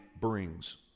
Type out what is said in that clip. brings